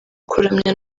kuramya